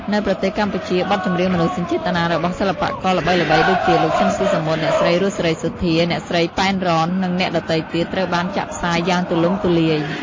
នៅប្រទេសកម្ពុជា បទចម្រៀងមនោសញ្ចេតនារបស់សិល្បករល្បីៗដូចជា លោក ស៊ីន ស៊ីសាមុត អ្នកស្រី រស់ សេរីសុទ្ធា អ្នកស្រី ប៉ែន រ៉ន និងអ្នកដទៃទៀត ត្រូវបានចាក់ផ្សាយយ៉ាងទូលំទូលាយ។